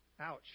Ouch